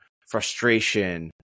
frustration